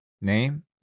name